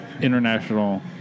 International